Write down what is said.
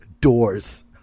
Doors